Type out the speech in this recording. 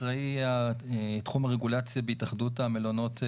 אחראי תחום הרגולציה בהתאחדות המלונות בישראל.